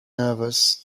nervous